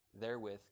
therewith